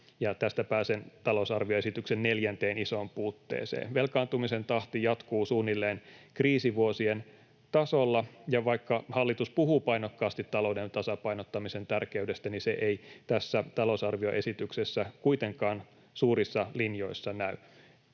tästä pääsen talousarvioesityksen neljänteen ison puutteeseen. Velkaantumisen tahti jatkuu suunnilleen kriisivuosien tasolla, ja vaikka hallitus puhuu painokkaasti talouden tasapainottamisen tärkeydestä, se ei tässä talousarvioesityksessä kuitenkaan suurissa linjoissa näy.